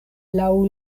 laŭ